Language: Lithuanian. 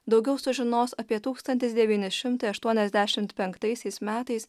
daugiau sužinos apie tūkstantis devyni šimtai aštuoniasdešimt penktaisiais metais